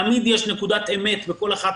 תמיד יש נקודת אמת בכל אחת